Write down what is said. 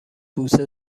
بوسه